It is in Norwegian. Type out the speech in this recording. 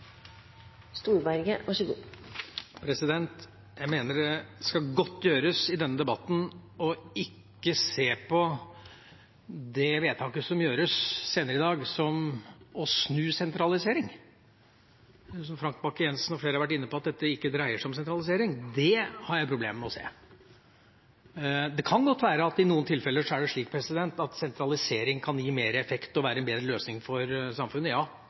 gjøres senere i dag, som å snu sentralisering. Det Frank Bakke-Jensen og flere har vært inne på, at dette ikke dreier seg om sentralisering, har jeg problemer med å se. Det kan godt være at i noen tilfeller er det slik at sentralisering kan gi mer effekt og være en bedre løsning for samfunnet – ja,